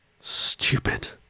Stupid